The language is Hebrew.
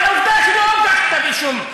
אבל עובדה שלא הוגש כתב אישום.